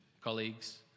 colleagues